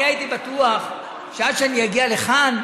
אני הייתי בטוח שעד שאני אגיע לכאן,